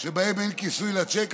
שבהם אין כיסוי לצ'ק,